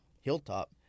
hilltop